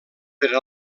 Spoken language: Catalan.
per